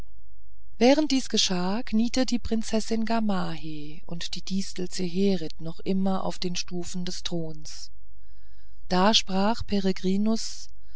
während dies geschah knieten die prinzessin gamaheh und die distel zeherit noch immer auf den stufen des throns da sprach